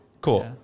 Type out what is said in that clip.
Cool